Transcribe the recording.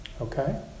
Okay